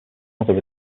other